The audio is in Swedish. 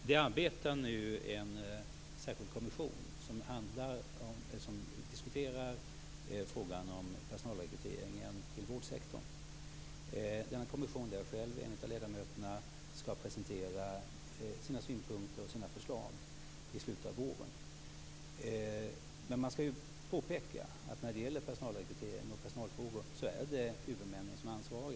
Fru talman! En särskild kommission diskuterar nu frågan om personalrekryteringen inom vårdsektorn. Denna kommission, där jag själv är en av ledamöterna, skall presentera sina synpunkter och förslag i slutet av våren. Men det skall påpekas att det är huvudmännen som är ansvariga för personalrekrytering och personalfrågor.